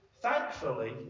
Thankfully